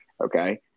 Okay